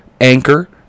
Anchor